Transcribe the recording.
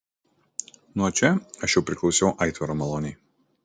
nuo čia aš jau priklausiau aitvaro malonei